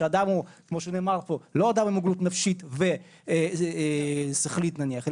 שאדם הוא כמו שנאמר פה לא אדם עם מוגבלות נפשית ושכלית נניח,